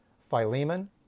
Philemon